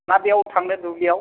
ना बेयाव थांनो दुब्लियाव